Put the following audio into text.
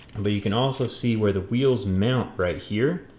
and you can also see where the wheels mount right here.